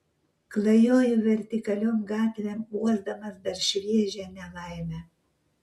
klajoju vertikaliom gatvėm uosdamas dar šviežią nelaimę